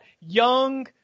young